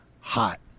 hot